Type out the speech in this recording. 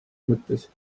mõttes